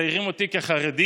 ומציירים אותי כחרדי,